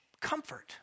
comfort